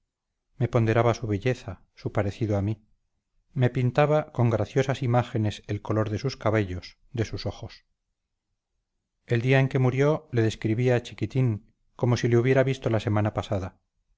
me ponderaba su belleza su parecido a mí me pintaba con graciosas imágenes el color de sus cabellos de sus ojos el día en que murió le describía chiquitín como si le hubiera visto la semana pasada